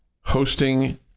hosting